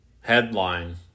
Headline